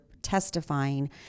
Testifying